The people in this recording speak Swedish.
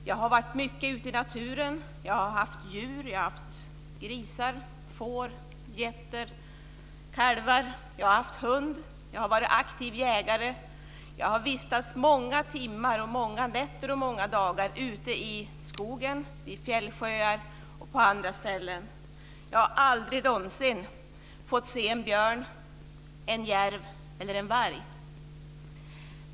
Jag har varit mycket ute i naturen, jag har haft djur - grisar, får, getter, kalvar, hund och jag har varit aktiv jägare och vistats många timmar, nätter och dagar ute i skogen, vid fjällsjöar och på andra ställen. Jag har aldrig någonsin fått se en björn, en järv eller en varg.